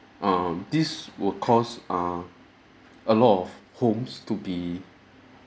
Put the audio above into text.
um this will cause uh a lot of homes to be